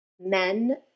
men